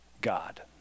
God